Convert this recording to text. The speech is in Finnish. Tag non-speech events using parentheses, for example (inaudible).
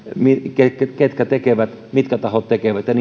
ketkä ketkä tekevät mitkä tahot tekevät ja (unintelligible)